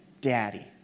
Daddy